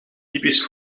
typisch